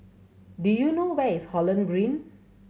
do you know where is Holland Green